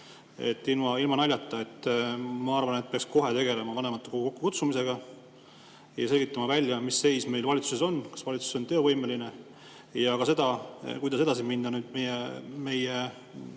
Ilma naljata! Ma arvan, et peaks kohe tegelema vanematekogu kokkukutsumisega ja selgitama välja, mis seis meil valitsuses on, kas valitsus on töövõimeline, ja ka seda, kuidas edasi minna meie